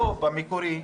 במקורי,